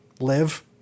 Live